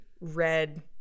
red